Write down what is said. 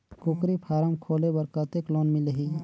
कूकरी फारम खोले बर कतेक लोन मिलही?